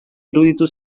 iruditu